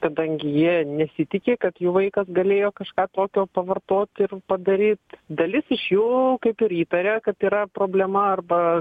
kadangi jie nesitiki kad jų vaikas galėjo kažką tokio pavartot ir padaryt dalis iš jų kaip ir įtarė kad yra problema arba